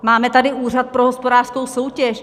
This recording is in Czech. Máme tady Úřad pro hospodářskou soutěž!